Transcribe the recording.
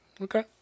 okay